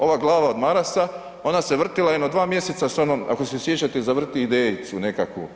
Ova glava od Marasa ona se vrtila jedno dva mjeseca s onom, ako se sjećate zavrti idejicu nekakvu.